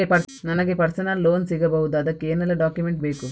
ನನಗೆ personal loan ಸಿಗಬಹುದ ಅದಕ್ಕೆ ಏನೆಲ್ಲ ಡಾಕ್ಯುಮೆಂಟ್ ಬೇಕು?